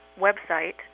website